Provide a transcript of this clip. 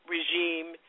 Regime